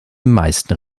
meisten